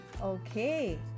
Okay